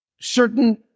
certain